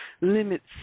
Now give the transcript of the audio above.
limits